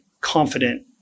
confident